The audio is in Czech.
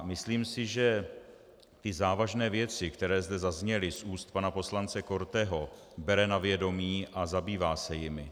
Myslím si, že i závažné věci, které zde zazněly z úst pana poslance Korteho, bere na vědomí a zabývá se jimi.